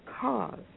cause